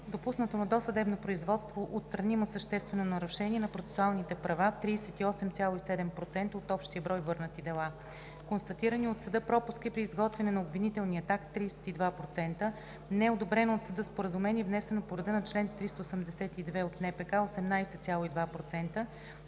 допуснато на досъдебното производство отстранимо съществено нарушение на процесуалните права – 38,7% от общия брой върнати дела; констатирани от съда пропуски при изготвяне на обвинителния акт – 32%; неодобрено от съда споразумение, внесено по реда на чл. 382 от НПК – 18,2%;